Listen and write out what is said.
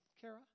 Kara